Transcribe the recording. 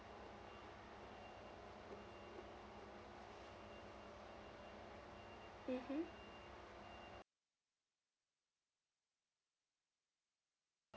mmhmm